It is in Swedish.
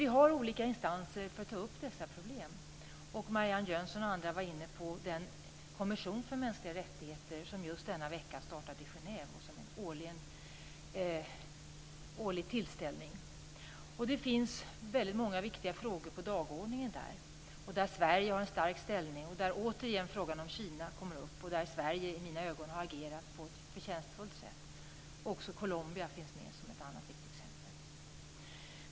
Vi har olika instanser för att ta upp dessa problem. Marianne Jönsson och andra var inne på den kommission för mänskliga rättigheter som just denna vecka sammanträder i Genève. Det är en årlig tillställning. Det finns väldigt många viktiga frågor på dagordningen där. Sverige har en stark ställning. Frågan om Kina kommer återigen upp, och Sverige har i mina ögon agerat på ett förtjänstfullt sätt. Colombia finns med som ett annat viktigt exempel.